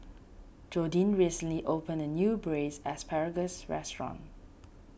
Jordyn recently opened a new Braised Asparagus restaurant